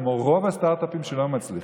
כמו שרוב הסטרטאפים לא מצליחים.